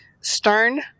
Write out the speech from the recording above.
Stern